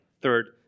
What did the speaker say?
Third